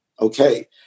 okay